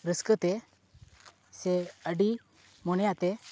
ᱨᱟᱹᱥᱠᱟᱹ ᱛᱮ ᱥᱮ ᱟᱹᱰᱤ ᱢᱚᱱᱮ ᱟᱛᱮ